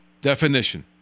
Definition